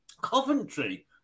Coventry